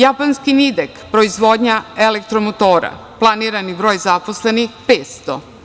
Japanski „Nidek“ proizvodnja elektromotora, planirani broj zaposlenih 500.